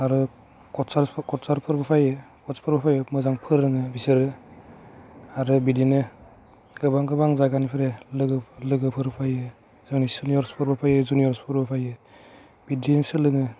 आरो कचारफोरबो फैयो कचफोरबो फैयो मोजां फोरोङो बिसोरो आरो बिदिनो गोबां गोबां जायगानिफ्राय लोगो लोगोफोर फैयो जोंनि सेनियर्सफोरबो फैयो जुनियर्सफोरबो फैयो बिदिनो सोलोङो